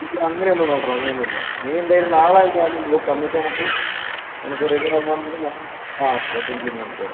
ഇല്ല അങ്ങനെ ഒന്നും വേണ്ട എടാ അങ്ങനെ ഒന്നും ഇല്ല നീ എന്തായാലും നാളെ ഒന്ന് വന്ന് നോക്ക് എന്നിട്ട് നമുക്ക് നിനക്ക് റെഡി ആകുവാണെങ്കിൽ ആ പറ്റുമെങ്കിൽ നീ നോക്കിയാൽ മതി